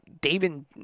David